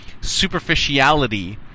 superficiality